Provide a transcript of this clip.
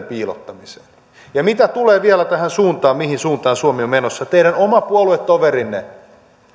piilottamiseen ja mitä tulee vielä tähän suuntaan mihin suuntaan suomi on menossa niin teidän oma puoluetoverinne